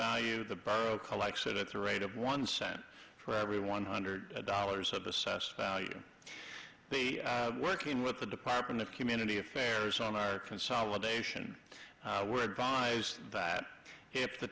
value the borrow collects it at the rate of one cent for every one hundred dollars of assessed value they working with the department of community affairs on our consolidation we're advised that if the